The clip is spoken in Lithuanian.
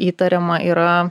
įtariama yra